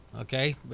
Okay